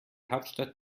hauptstadt